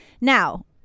now